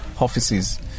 offices